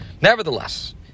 Nevertheless